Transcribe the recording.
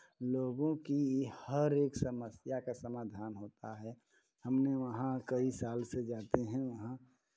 लोगों की हर एक समस्या का समाधान होता है हमने वहाँ कई साल से जाते हैं वहाँ